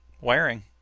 wiring